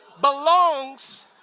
belongs